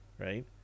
right